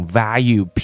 value